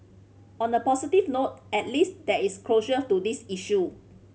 on a positive note at least there is closure to this issue